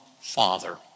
Father